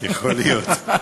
יכול להיות.